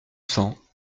cents